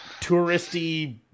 touristy